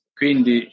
quindi